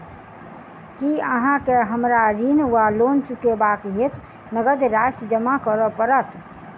की अहाँ केँ हमरा ऋण वा लोन चुकेबाक हेतु नगद राशि जमा करऽ पड़त?